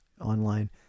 online